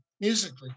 musically